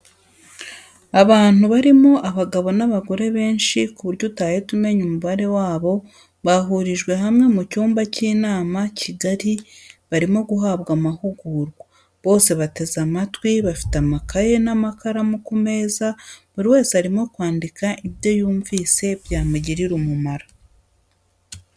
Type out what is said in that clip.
Abantu barimo abagabo n'abagore benshi ku buryo utahita umenya umubare wabo, bahurijwe hamwe mu cyumba cy'inama kigari barimo guhabwa amahugurwa, bose bateze amatwi bafite amakaye n'amakaramu ku meza buri wese arimo kwandika ibyo yumvise byamugirira umumaro.